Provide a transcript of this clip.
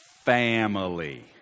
family